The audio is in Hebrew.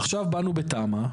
עכשיו באנו בתמ"א,